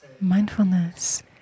Mindfulness